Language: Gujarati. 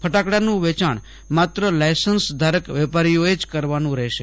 ફટાકડાનું વેચાણ માત્ર લાયસન્સ ધારક વેપારીઓએ જ કરવાનું રહેશે